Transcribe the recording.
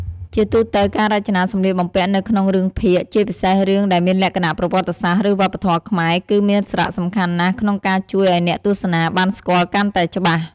ជាទូទៅ ការរចនាសម្លៀកបំពាក់នៅក្នុងរឿងភាគ ជាពិសេសរឿងដែលមានលក្ខណៈប្រវត្តិសាស្ត្រ ឬវប្បធម៌ខ្មែរ គឺមានសារៈសំខាន់ណាស់ក្នុងការជួយឲ្យអ្នកទស្សនាបានស្គាល់កាន់តែច្បាស់។